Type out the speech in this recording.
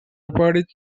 reported